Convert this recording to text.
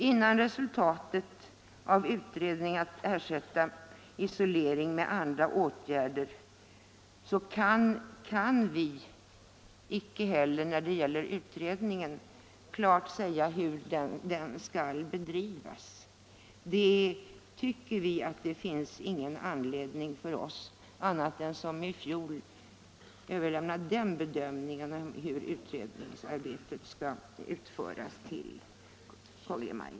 Innan resultatet av den förberedande utredningen om hur isoleringsstraffet används vid anstalterna föreligger kan vi inte klart säga hur den begärda utredningen skall bedrivas. Vi anser det därför lämpligt att till regeringen överlämna bedömningen av hur utredningen skall utföras.